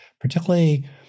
particularly